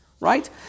Right